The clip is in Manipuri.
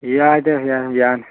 ꯌꯥꯏꯗ ꯌꯥꯏ ꯌꯥꯅꯤ